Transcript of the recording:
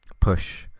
push